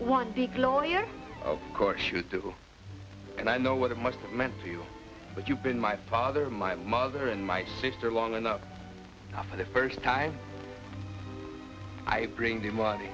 one big lawyer of course you do and i know what it must have meant to you but you've been my father my mother and my sister long enough for the first time i bring the money